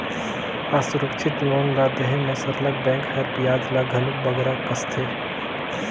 असुरक्छित लोन ल देहे में सरलग बेंक हर बियाज ल घलो बगरा कसथे